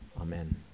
Amen